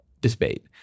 debate